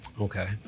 Okay